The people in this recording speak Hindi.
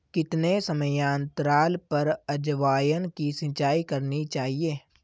कितने समयांतराल पर अजवायन की सिंचाई करनी चाहिए?